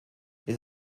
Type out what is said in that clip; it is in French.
les